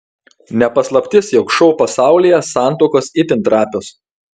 ne paslaptis jog šou pasaulyje santuokos itin trapios